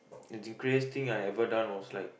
the craziest thing I ever done was like